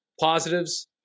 positives